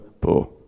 poor